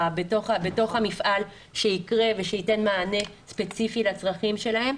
המפעל שיקרה ושייתן מענה ספציפי לצרכים שלהם,